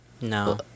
No